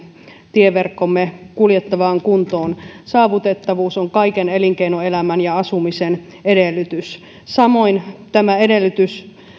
tieverkkomme kuljettavaan kuntoon saavutettavuus on kaiken elinkeinoelämän ja asumisen edellytys samoin tämä edellytys